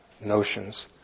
notions